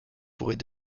pourrait